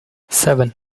seven